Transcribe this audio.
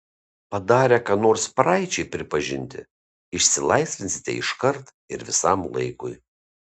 padarę ką nors praeičiai pripažinti išsilaisvinsite iškart ir visam laikui